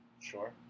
Sure